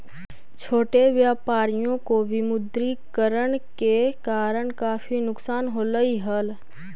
छोटे व्यापारियों को विमुद्रीकरण के कारण काफी नुकसान होलई हल